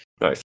Nice